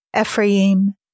Ephraim